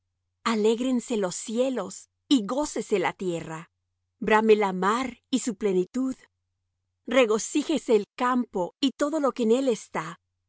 alégrense los cielos y gócese la tierra brame la mar y su plenitud regocíjese el campo y todo lo que en él está